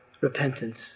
repentance